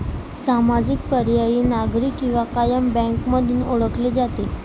सामाजिक, पर्यायी, नागरी किंवा कायम बँक म्हणून ओळखले जाते